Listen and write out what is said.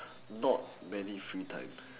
not many free time